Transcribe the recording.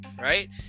right